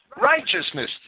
righteousness